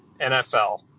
NFL